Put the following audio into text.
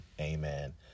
Amen